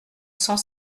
cent